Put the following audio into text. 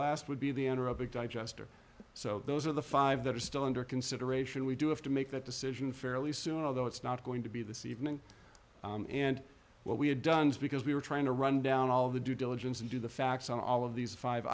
last would be the end or a big digester so those are the five that are still under consideration we do have to make that decision fairly soon although it's not going to be this evening and what we have done is because we were trying to run down all of the due diligence and do the facts on all of these five